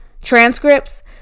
Transcripts